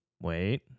Wait